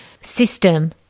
system